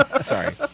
Sorry